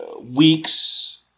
weeks